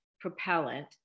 propellant